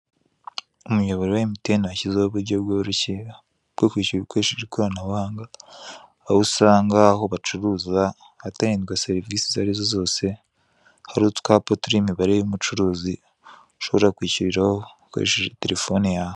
Umuyoboro wa Emutiyeni washyizeho uburyo bworoshye bwo kwishyura ukoresheje ikoranabuhanga, aho usanga aho bacuruza, ahatangirwa serivisi izo ari zo zose, hari utwapa turiho imibare y'umucuruzi ushobora kwishyurira ho ukoresheje telefone yawe.